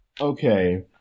Okay